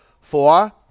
Four